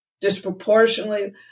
disproportionately